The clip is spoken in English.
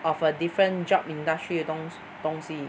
of a different job industry 的东东西